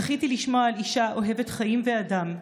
זכיתי לשמוע על אישה אוהבת חיים ואדם,